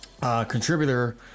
contributor